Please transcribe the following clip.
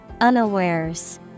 unawares